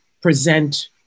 present